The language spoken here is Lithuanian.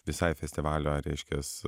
visai festivalio reiškias